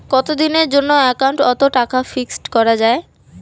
কতদিনের জন্যে একাউন্ট ওত টাকা ফিক্সড করা যায়?